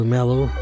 Mellow